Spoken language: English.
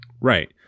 Right